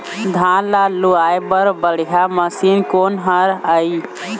धान ला लुआय बर बढ़िया मशीन कोन हर आइ?